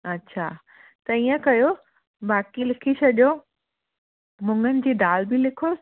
अच्छा त हिय कयो बाकि लिखी छॾियो मुंगनि जी दालि बि लिखो